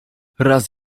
raz